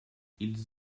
ils